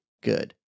good